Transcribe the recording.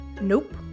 nope